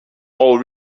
all